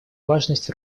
важность